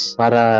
para